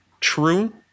true